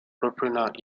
reprenant